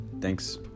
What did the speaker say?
thanks